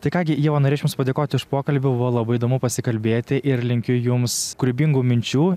tai ką gi ieva norėčiau jums padėkoti už pokalbį buvo labai įdomu pasikalbėti ir linkiu jums kūrybingų minčių